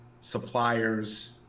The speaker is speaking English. suppliers